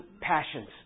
passions